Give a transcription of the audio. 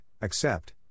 accept